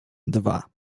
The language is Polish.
dwa